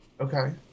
Okay